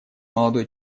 молодой